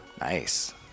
nice